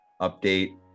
update